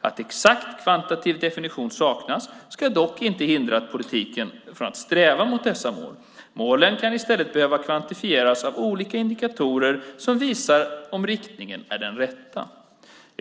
Att en exakt kvantitativ definition saknas ska dock inte hindra politiker från att sträva mot dessa mål. Målen kan i stället behöva kvantifieras av olika indikatorer som visar om riktningen är den rätta.